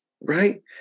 right